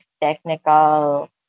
technical